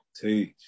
teach